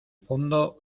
fondo